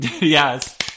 Yes